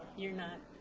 you're not.